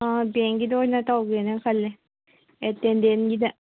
ꯑꯥ ꯕꯦꯡꯒꯤꯗꯣ ꯑꯣꯏꯅ ꯇꯧꯒꯦꯅ ꯈꯜꯂꯦ ꯑꯦꯇꯦꯟꯗꯦꯟꯒꯤꯗ